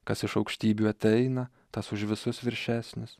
kas iš aukštybių ateina tas už visus viršesnis